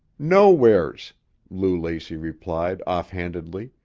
nowheres, lou lacey replied offhandedly,